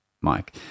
Mike